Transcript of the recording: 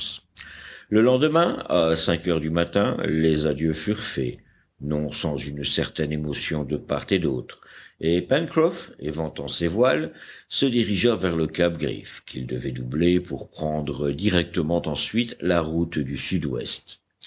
le lendemain à cinq heures du matin les adieux furent faits non sans une certaine émotion de part et d'autre et pencroff éventant ses voiles se dirigea vers le cap griffe qu'il devait doubler pour prendre directement ensuite la route du sud-ouest